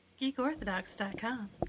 Geekorthodox.com